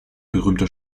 berühmter